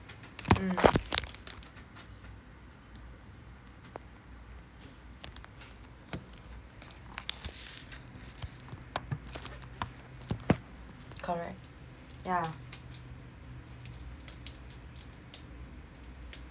correct yeah